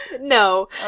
No